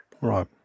Right